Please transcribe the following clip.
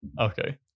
okay